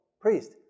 priest